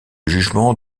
jugement